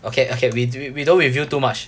okay okay we we don't reveal too much